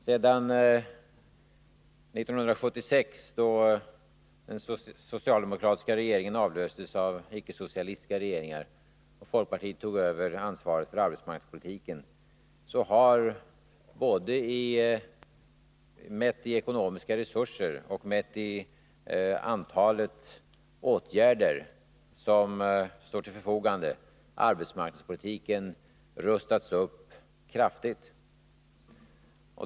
Sedan 1976 då den socialdemokratiska regeringen avlöstes av ickesocialistiska regeringar och folkpartiet tog över ansvaret för arbetsmarknadspolitiken, har arbetsmarknadspolitiken både mätt i ekonomiska resurser och mätt i antalet åtgärder som står till förfogande för arbetsmarknadspolitiken rustats upp kraftigt.